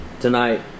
tonight